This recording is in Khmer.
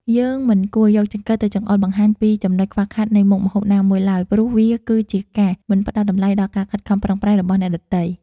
យើងមិនគួរយកចង្កឹះទៅចង្អុលបង្ហាញពីចំណុចខ្វះខាតនៃមុខម្ហូបណាមួយឡើយព្រោះវាគឺជាការមិនផ្តល់តម្លៃដល់ការខិតខំប្រឹងប្រែងរបស់អ្នកដទៃ។